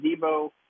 Debo